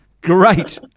great